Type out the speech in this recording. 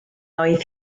oedd